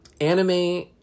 anime